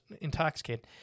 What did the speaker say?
intoxicated